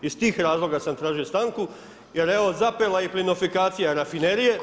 Iz tih razloga sam tražio stanku jer evo zapela je i plinofikacija rafinerije jer